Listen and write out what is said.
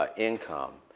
ah income.